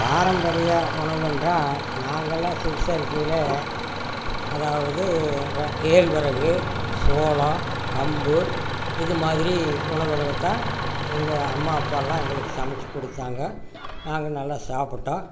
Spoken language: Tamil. பாரம்பரிய உணவு என்றால் நாங்கெல்லாம் சிறுசாக இருக்கையில் அதாவது கேழ்வரகு சோளம் கம்பு இதுமாதிரி உணவுகளை தான் எங்கள் அம்மா அப்பால்லாம் எங்களுக்கு சமைத்து கொடுத்தாங்க நாங்கள் நல்லா சாப்பிட்டோம்